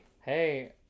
hey